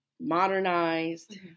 Modernized